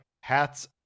hats